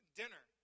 dinner